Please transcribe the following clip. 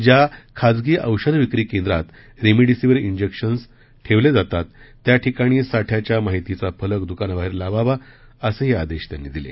ज्या खासगी औषध विक्री केंद्रात रेमडिसिव्हर इंजेक्शन्स ठेवले जातात त्याठिकाणी साठ्याच्या माहितीचा फलक दुकानाबाहेर लावावा असेही आदेश त्यांनी दिले